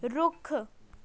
ਰੁੱਖ